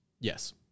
Yes